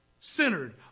Centered